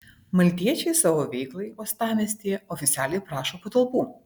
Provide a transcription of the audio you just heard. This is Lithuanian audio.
maltiečiai savo veiklai uostamiestyje oficialiai prašo patalpų